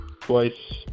twice